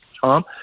Tom